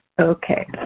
Okay